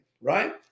right